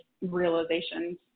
realizations